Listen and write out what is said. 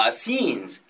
scenes